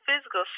physical